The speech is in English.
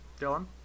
Dylan